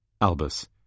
Albus